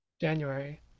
January